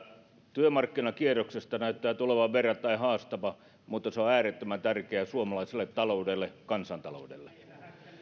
työmarkkinakierroksesta näyttää tulevan verrattain haastava mutta se on äärettömän tärkeä suomalaiselle taloudelle kansantaloudelle